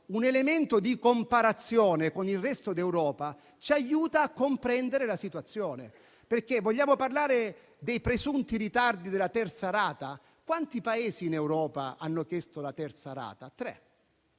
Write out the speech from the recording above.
un elemento di comparazione con il resto d'Europa ci aiuta a comprendere la situazione. Vogliamo parlare dei presunti ritardi della terza rata? Quanti Paesi in Europa hanno chiesto la terza rata? Sono